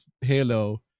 Halo